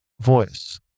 voice